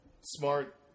smart